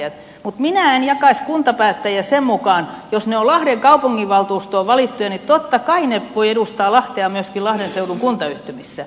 mutta minä en jakaisi kuntapäättäjiä sen mukaan jos he ovat lahden kaupunginvaltuustoon valittuja niin totta kai he voivat edustaa lahtea myöskin lahden seudun kuntayhtymissä